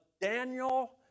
Daniel